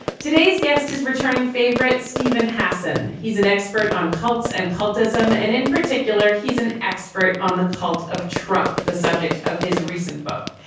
today's guest is returning favorite stephen hassin. he's an expert on cults and cultism. and in particular, he's an expert on the cult of trump, the subject of his recent book,